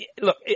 look